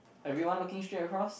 everyone looking straight across